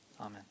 Amen